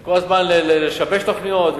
כל הזמן לשבש תוכניות,